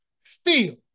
feel